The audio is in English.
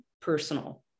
personal